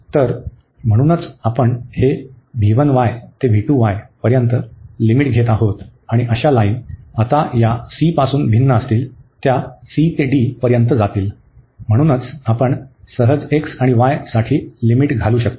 तर म्हणूनच आपण हे ते पर्यंत लिमिट घेत आहोत आणि अशा लाईन आता या c पासून भिन्न असतील त्या c ते d पर्यंत जातील म्हणूनच आपण सहज x आणि y साठी लिमिट घालू शकतो